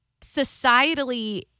societally